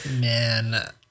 Man